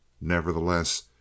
Nevertheless